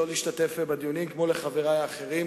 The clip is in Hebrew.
אני